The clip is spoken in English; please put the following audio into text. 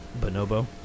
Bonobo